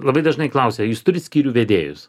labai dažnai klausia jūs turit skyrių vedėjus